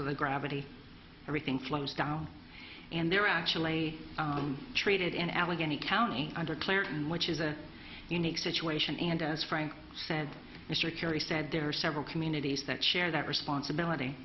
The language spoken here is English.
of the gravity everything flows down and they're actually treated in allegheny county under clinton which is a unique situation and as frank said mr kerry said there are several communities that share that responsibility